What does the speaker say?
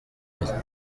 yoroshye